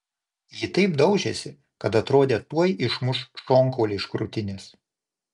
ji taip daužėsi kad atrodė tuoj išmuš šonkaulį iš krūtinės